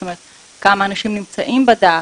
זאת אומרת כמה אנשים נמצאים בדף,